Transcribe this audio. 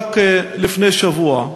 רק לפני שבוע,